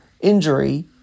injury